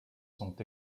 sont